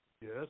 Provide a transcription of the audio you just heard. Yes